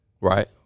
Right